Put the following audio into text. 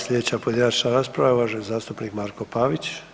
Sljedeća pojedinačna rasprava uvaženi zastupnik Marko Pavić.